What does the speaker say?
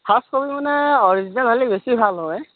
first copy মানে original হ'লে বেছি ভাল হয়